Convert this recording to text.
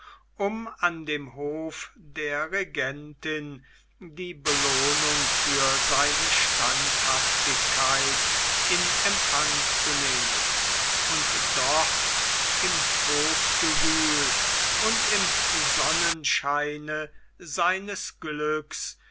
um an dem hof der regentin die belohnung für seine standhaftigkeit in empfang zu nehmen und dort im hofgewühl und im sonnenscheine seines glücks